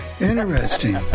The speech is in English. Interesting